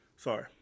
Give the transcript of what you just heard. Sorry